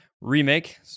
remake